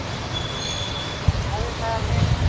అదే సార్ మేము